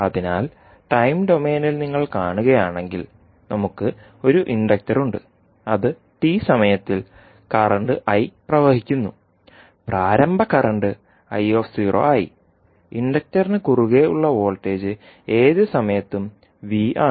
അതിനാൽ ടൈം ഡൊമെയ്നിൽ നിങ്ങൾ കാണുകയാണെങ്കിൽ നമുക്ക് ഒരു ഇൻഡക്റ്റർ ഉണ്ട് അത് ടി സമയത്തിൽ കറന്റ് I പ്രവഹിക്കുന്നു പ്രാരംഭ കറന്റ് i0 ആയി ഇൻഡക്റ്ററിന് കുറുകെ ഉള്ള വോൾട്ടേജ് ഏത് സമയത്തും v ആണ്